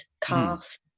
cast